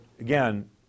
again